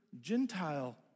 Gentile